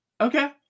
Okay